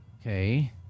okay